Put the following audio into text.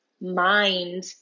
mind